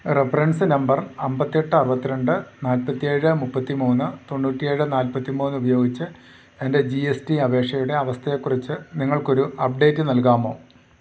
reference number അമ്പത്തിയെട്ട് അറുപത്തിരണ്ട് നാല്പ്പത്തിയേഴ് മുപ്പത്തിമൂന്ന് തൊണ്ണൂറ്റിയേഴ് നാല്പ്പത്തിമൂന്ന് ഉപയോഗിച്ച് എൻ്റെ ജി എസ് ടി അപേക്ഷയുടെ അവസ്ഥയെക്കുറിച്ച് നിങ്ങൾക്കൊരു അപ്ഡേറ്റ് നൽകാമോ